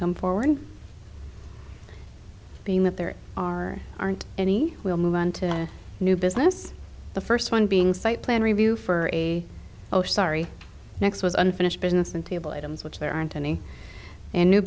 come forward being that there are aren't any will move on to new business the first one being site plan review for a oh sorry next was unfinished business and table atoms which there aren't any